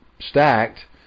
stacked